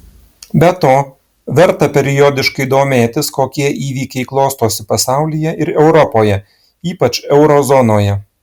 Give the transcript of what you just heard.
be to verta periodiškai domėtis kokie įvykiai klostosi pasaulyje ir europoje ypač euro zonoje